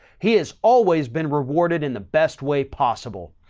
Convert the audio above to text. he has always been rewarded in the best way possible.